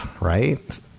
right